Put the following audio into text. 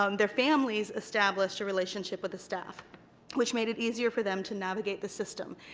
um their families established a relationship with the staff which made it easier for them to navigate the system.